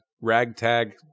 ragtag